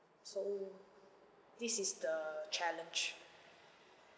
so this is the challenge